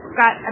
got